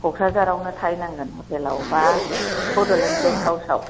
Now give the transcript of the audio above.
क'क्राझारआवनो थाहै नांगोन हतेलाव बा बड'लेण्ड गेस्त हाउस आव